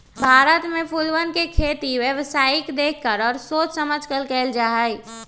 भारत में फूलवन के खेती व्यावसायिक देख कर और सोच समझकर कइल जाहई